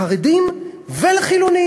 לחרדים ולחילונים.